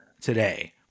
today